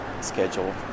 schedule